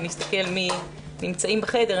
ונסתכל מי נמצאים בחדר,